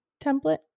template